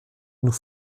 nous